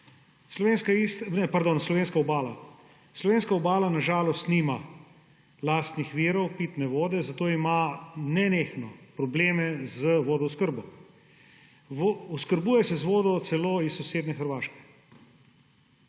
Slovenska Obala na žalost nima lastnih virov pitne vode, zato ima nenehno probleme z vodooskrbo. Oskrbuje se z vodo celo iz sosednje Hrvaške.